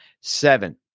seven